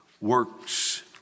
works